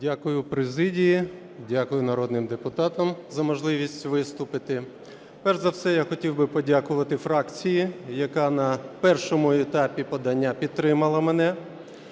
Дякую президії, дякую народним депутатам за можливість виступити. Перш за все, я хотів би подякувати фракції, яка на першому етапі подання підтримала мене.